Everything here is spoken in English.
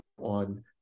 on